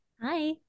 hi